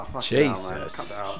Jesus